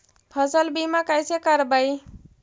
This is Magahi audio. फसल बीमा कैसे करबइ?